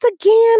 again